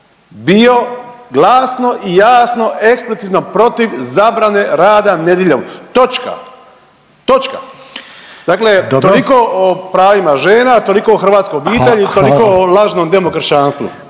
bio glasno i jasno eksplicitno protiv zabrane rada nedjeljom, točka, točka. …/Upadica Reiner: Dobro/…. Dakle toliko o pravima žena toliko o hrvatskoj obitelji, toliko o lažnom demokršćanstvu.